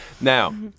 Now